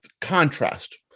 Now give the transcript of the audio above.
contrast